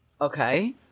Okay